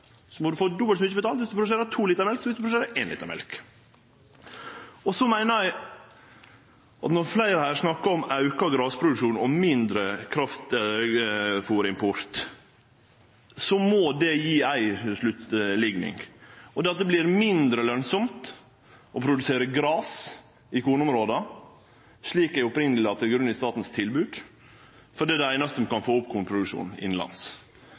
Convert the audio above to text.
så mykje betalt viss ein produserer to liter mjølk som viss ein produserer éin liter mjølk. Eg meiner at når fleire her snakkar om auka grasproduksjon og mindre kraftfôrimport, må det gje eitt sluttresultat, nemleg at det vert mindre lønsamt å produsere gras i kornområda – slik eg først la til grunn i statens tilbod – for det er det einaste som kan få opp